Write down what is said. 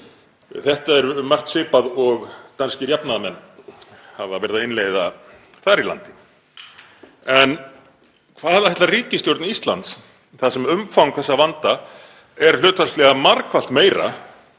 Þetta er um margt svipað og danskir jafnaðarmenn hafa verið að innleiða þar í landi. En hvað ætlar ríkisstjórn Íslands gera þar sem umfang þessa vanda er hlutfallslega margfalt meira en